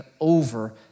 over